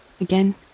again